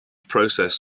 process